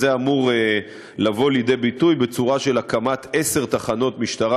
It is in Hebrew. זה אמור לבוא לידי ביטוי בצורה של הקמת עשר תחנות משטרה